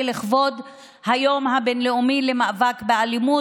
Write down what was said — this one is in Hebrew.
לכבוד היום הבין-לאומי למאבק באלימות,